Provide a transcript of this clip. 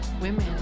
women